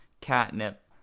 catnip